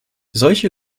solche